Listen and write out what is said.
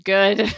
Good